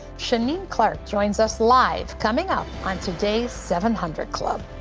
shaneen clarke joins us live, coming up on today's seven hundred club.